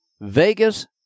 Vegas